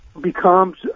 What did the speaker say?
becomes